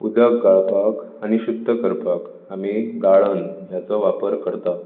उदक गाळपाक आनी शुध्द करपाक आमी गाळन हेचो वापर करतात